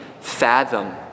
fathom